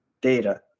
data